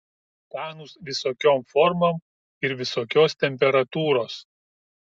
skanūs visokiom formom ir visokios temperatūros